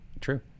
true